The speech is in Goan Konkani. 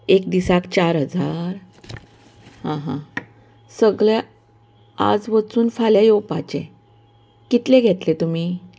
एस दिसाक चार हजार आं हां सगल्या आज वचून फाल्यां येवपाचें कितले घेतले तुमी